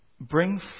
bring